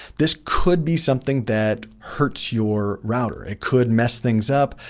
this could be something that hurts your router. it could mess things up.